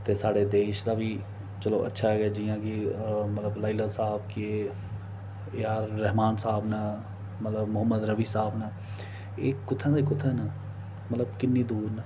ते साढ़े देश दा बी चलो अच्छा ऐ जि'यां कि मतलब लाई लैओ स्हाब कि ए आर रहमान साह्ब न मतलब मुहम्मद रफी साह्ब न एह् कुत्थै दे कुत्थै न मतलब किन्नी दूर न